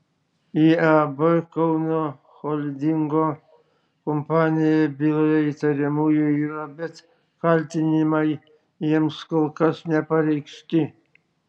iab kauno holdingo kompanija byloje įtariamųjų yra bet kaltinimai jiems kol kas nepareikšti